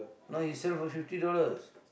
no you sell for fifty dollars